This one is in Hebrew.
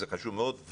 זה חשוב מאוד.